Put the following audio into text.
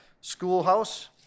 schoolhouse